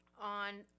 on